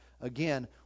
Again